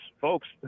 folks